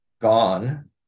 gone